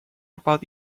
about